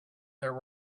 there